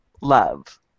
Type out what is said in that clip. love